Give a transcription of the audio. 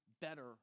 better